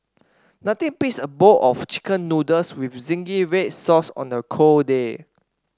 nothing beats a bowl of chicken noodles with zingy red sauce on a cold day